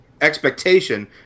expectation